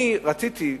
אני רציתי,